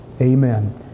amen